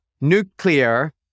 nuclear